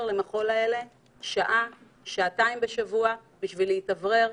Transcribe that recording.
למחול האלו למשך שעה-שעתיים בשבוע בשביל להתאוורר,